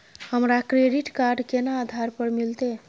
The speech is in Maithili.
हमरा क्रेडिट कार्ड केना आधार पर मिलते?